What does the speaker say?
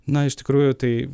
na iš tikrųjų tai